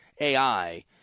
AI